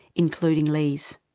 including lee's.